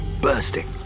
bursting